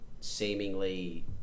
seemingly